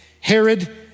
Herod